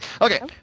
Okay